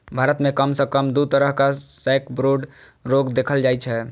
भारत मे कम सं कम दू तरहक सैकब्रूड रोग देखल जाइ छै